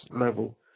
level